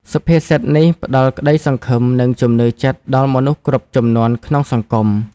សុភាសិតនេះផ្ដល់ក្ដីសង្ឃឹម និងជំនឿចិត្តដល់មនុស្សគ្រប់ជំនាន់ក្នុងសង្គម។